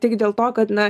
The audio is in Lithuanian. tik dėl to kad na